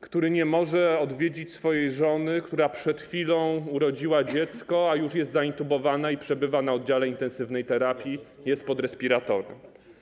który nie może odwiedzić swojej żony, która przed chwilą urodziła dziecko, a już jest zaintubowana i przebywa na oddziale intensywnej terapii, jest pod respiratorem.